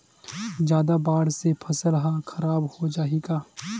जादा बाढ़ से फसल ह खराब हो जाहि का?